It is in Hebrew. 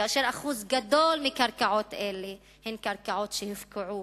כאשר אחוז גדול מקרקעות אלה הן קרקעות שהופקעו